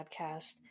podcast